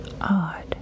odd